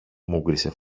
μούγκρισε